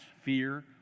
fear